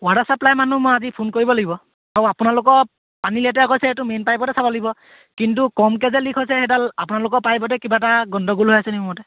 water supply মানুহ মই আজি ফোন কৰিব লাগিব আৰু আপোনালোকক পানী লেতেৰা কৰিছে সেইটো মেইন পাইপতে চাব লাগিব কিন্তু কমকৈ যে লিক হৈছে সেইডাল আপোনালোকৰ পাইপতে কিবা এটা গণ্ডগোল হৈ আছেনি মোৰ মতে